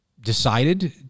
decided